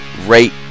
rate